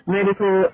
Medical